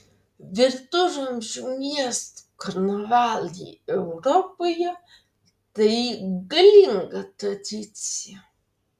viduramžių miestų karnavalai europoje tai galinga tradicija